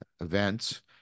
events